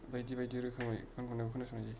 बायदि बायदि रोखोमै गान खननायखौ खोनासंनाय जायो